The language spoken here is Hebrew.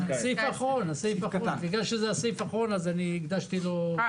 זה נראה לי שירות לציבור, זה רק